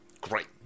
Great